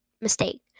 mistake